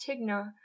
Tigna